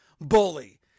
Bully